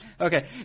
Okay